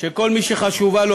שכל מי שחשובות לו